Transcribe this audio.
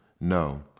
no